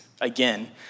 again